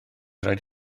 rhaid